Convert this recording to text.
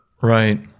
right